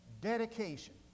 dedication